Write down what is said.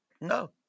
No